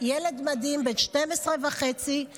ילד מדהים בן 12 וחצי,